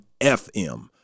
FM